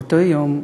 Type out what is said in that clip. באותו יום,